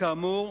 כאמור,